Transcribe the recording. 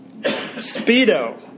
Speedo